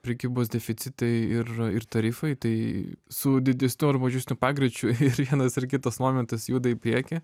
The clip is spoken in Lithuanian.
prekybos deficitai ir ir tarifai tai su didesniu ar mažesniu pagreičiu ir vienas ir kitas momentas juda į priekį